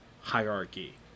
hierarchy